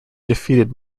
defeated